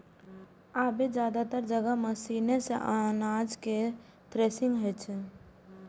आब जादेतर जगह मशीने सं अनाज केर थ्रेसिंग होइ छै